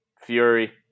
fury